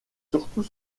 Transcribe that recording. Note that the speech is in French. surtout